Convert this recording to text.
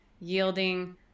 yielding